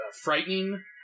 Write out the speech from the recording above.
frightening